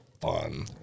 fun